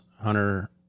Hunter